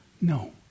No